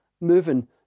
moving